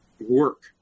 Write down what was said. work